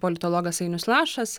politologas ainius lašas